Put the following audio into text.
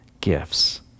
gifts